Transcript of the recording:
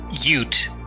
Ute